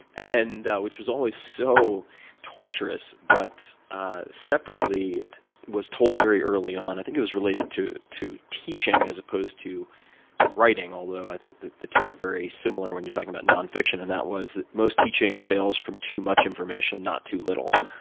and which was always so torturous, but ah separately was told very early on i think it was related to teaching, as opposed to writing, although i think the two are very similar when you're talking about non-fiction and that was that most teaching fails from too much information, not too little.